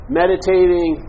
meditating